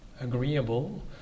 agreeable